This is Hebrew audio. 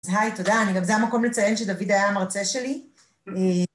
היי תודה, אני גם זה המקום לציין שדוד היה המרצה שלי